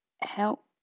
help